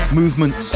movement